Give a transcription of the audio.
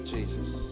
Jesus